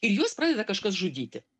ir juos pradeda kažkas žudyti